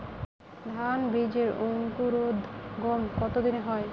ধান বীজের অঙ্কুরোদগম কত দিনে হয়?